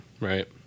Right